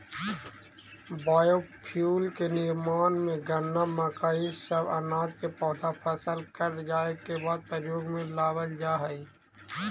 biofuel के निर्माण में गन्ना, मक्का इ सब अनाज के पौधा फसल कट जाए के बाद प्रयोग में लावल जा हई